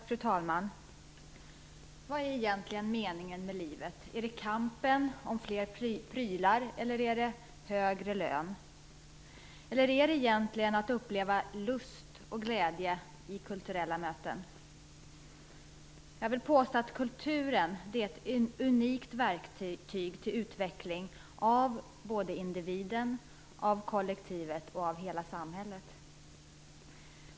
Fru talman! Vad är egentligen meningen med livet? Är det kampen om fler prylar eller är det högre lön? Eller är det att uppleva lust och glädje i kulturella möten? Jag vill påstå att kulturen är ett unikt verktyg för utveckling av såväl individen som kollektivet och hela samhället.